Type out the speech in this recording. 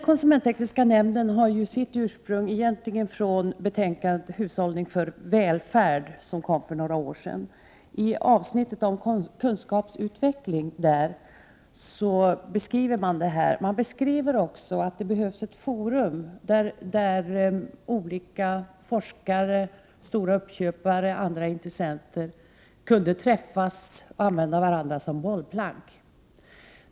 Konsumenttekniska nämnden har egentligen sitt ursprung i ett betänkande, ”Hushållning för välfärd”, som presenterades för några år sedan. Under avsnittet om kunskapsutveckling beskriver man dessa saker. Men man säger också att det behövs ett forum där olika forskare, stora uppköpare och andra intressenter kan träffas och använda varandra som bollplank.